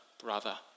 brother